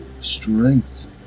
strength